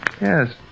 Yes